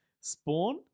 Spawn